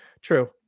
True